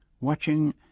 watching